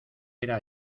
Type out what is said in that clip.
era